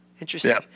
Interesting